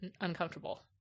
uncomfortable